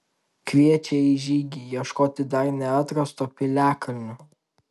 kviečia į žygį ieškoti dar neatrasto piliakalnio